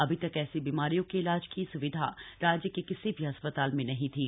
अभी तक ऐसी बीमारियों के इलाज की सुविधा राज्य के किसी भी अस्पताल में नहीं थी